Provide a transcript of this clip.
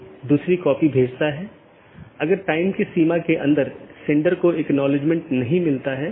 इसलिए बहुत से पारगमन ट्रैफ़िक का मतलब है कि आप पूरे सिस्टम को ओवरलोड कर रहे हैं